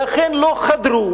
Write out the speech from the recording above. ואכן לא חדרו,